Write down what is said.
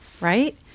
right